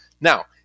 Now